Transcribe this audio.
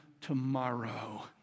tomorrow